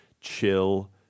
chill